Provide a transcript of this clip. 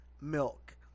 milk